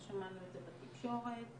שמענו את זה בתקשורת,